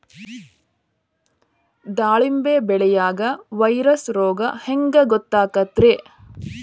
ದಾಳಿಂಬಿ ಬೆಳಿಯಾಗ ವೈರಸ್ ರೋಗ ಹ್ಯಾಂಗ ಗೊತ್ತಾಕ್ಕತ್ರೇ?